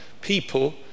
people